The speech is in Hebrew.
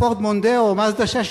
"פורד מונדיאו" או "מאזדה 6",